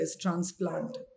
transplant